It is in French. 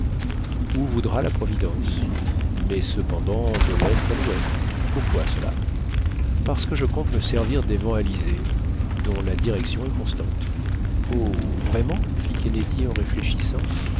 où voudra la providence mais cependant de l'est à l'ouest pourquoi cela parce que je compte me servir des vents alizés dont la direction est constante oh vraiment fit kennedy en réfléchissant